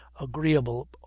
agreeable